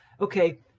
okay